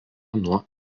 nuo